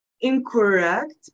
incorrect